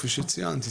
כפי שציינתי,